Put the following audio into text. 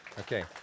Okay